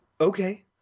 okay